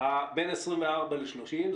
בין 24 ל-30 מיליון.